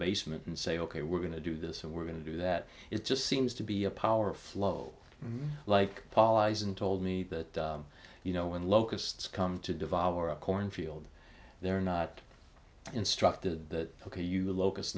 basement and say ok we're going to do this and we're going to do that it just seems to be a power flow like paul aizen told me that you know when locusts come to devour a cornfield they're not instructed that ok you locus